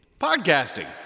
Podcasting